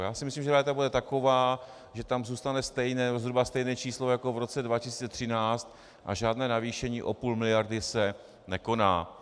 Já si myslím, že realita bude taková, že tam zůstane stejné, zhruba stejné číslo jako v roce 2013 a žádné navýšení o půl miliardy se nekoná.